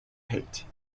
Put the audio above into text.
pate